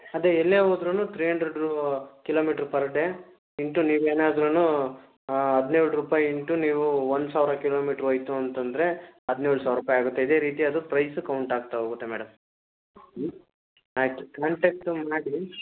ಅದೇ ಎಲ್ಲೇ ಹೋದ್ರೂ three hundred kilometre per day into ನೀವು ಏನಾದ್ರೂ ಹದಿನೇಳು ರೂಪಾಯಿ ಇಂಟು ನೀವು ಒನ್ ಸಾವಿರ ಕಿಲೋಮೀಟ್ರ್ ಹೋಯ್ತು ಅಂತಂದರೆ ಹದಿನೇಳು ಸಾವಿರ ರೂಪಾಯಿ ಆಗುತ್ತೆ ಇದೇ ರೀತಿ ಅದು ಪ್ರೈಸು ಕೌಂಟ್ ಆಗ್ತ ಹೋಗುತ್ತೆ ಮೇಡಮ್ ಹ್ಞೂ ಆಯಿತು ಮಾಡಿ